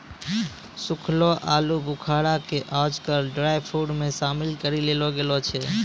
सूखलो आलूबुखारा कॅ आजकल ड्रायफ्रुट मॅ शामिल करी लेलो गेलो छै